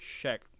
check